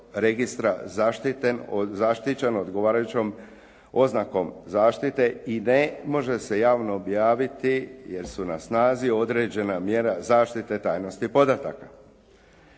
registra zaštićen odgovarajućom oznakom zaštite i ne može se javno objaviti jer su na snazi određena mjera zaštite tajnosti podataka.